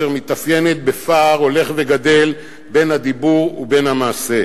אשר מתאפיינת בפער הולך וגדל בין הדיבור ובין המעשה.